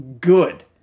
good